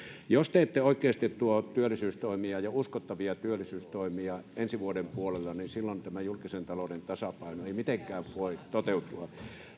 jos te ette oikeasti tuo työllisyystoimia ja uskottavia työllisyystoimia ensi vuoden puolella niin silloin tämä julkisen talouden tasapaino ei mitenkään voi toteutua